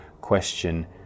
question